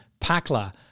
pakla